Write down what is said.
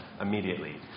immediately